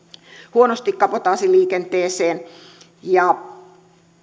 huonosti kabotaasiliikenteeseen ja